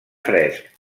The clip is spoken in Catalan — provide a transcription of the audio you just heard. fresc